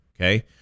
Okay